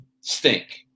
stink